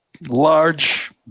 large